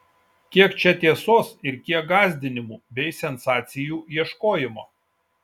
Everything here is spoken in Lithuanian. kiek čia tiesos ir kiek gąsdinimų bei sensacijų ieškojimo